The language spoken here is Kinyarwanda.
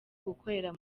gukorera